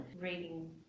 reading